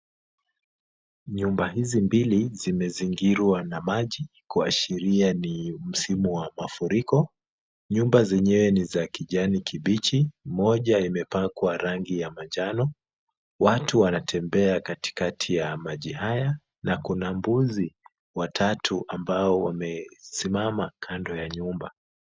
Nyumba hizi mbili zimezingirwa na maji kwa sheria ni msimu wa mafuriko. Nyumba zenyee ni za kijani kibichi, moja imepakwa rangi ya majano. Watu wanatembea katikati ya maji haya na kuna mbuzi, watatu ambao wamesimama kando ya nyumba.